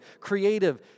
creative